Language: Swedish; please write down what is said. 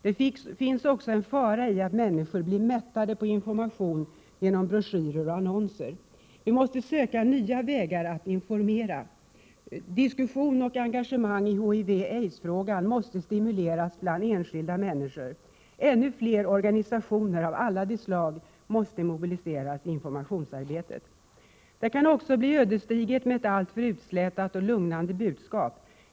Det finns också en fara i att människor blir mättade med information genom broschyrer och annonser. Vi måste söka nya vägar att informera. Diskussion och engagemang i HIV och aidsfrågan måste stimuleras bland enskilda människor. Ännu fler organisationer av alla slag måste mobiliseras i informationsarbetet. Det kan också bli ödesdigert med alltför utslätade och lugnande budskap.